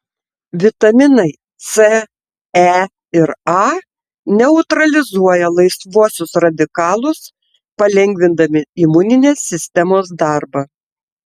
vitaminai c e ir a neutralizuoja laisvuosius radikalus palengvindami imuninės sistemos darbą